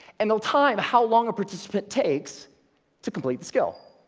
and they'll time how long a participant takes to complete the skill.